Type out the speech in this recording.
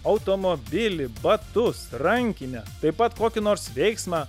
automobilį batus rankinę taip pat kokį nors veiksmą